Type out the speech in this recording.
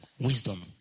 Wisdom